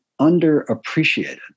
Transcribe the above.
underappreciated